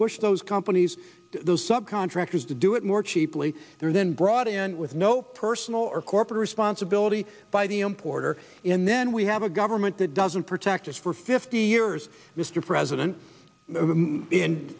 pushed those companies those sub contractors to do it more cheaply they're then brought in with no personal or corporate sponsibility by the importer in then we have a government that doesn't protect us for fifty years mr president in